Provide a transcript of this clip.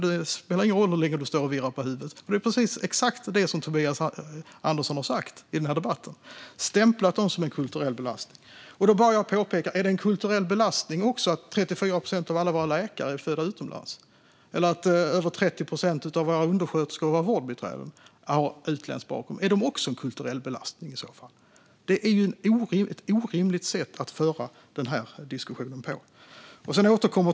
Det spelar ingen roll hur länge du står och virrar med huvudet, men det är exakt vad Tobias Andersson har sagt i debatten. Han har stämplat dem som en kulturell belastning. Är det en kulturell belastning att 34 procent av alla våra läkare är födda utomlands, eller att över 30 procent av våra undersköterskor och vårdbiträden har utländsk bakgrund? Är de också en kulturell belastning? Det är ett orimligt sätt att föra diskussionen på.